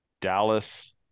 Dallas